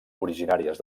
originàries